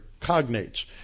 cognates